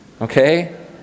okay